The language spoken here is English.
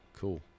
Cool